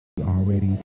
already